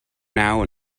now